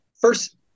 first